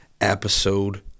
episode